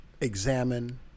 examine